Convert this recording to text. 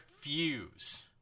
fuse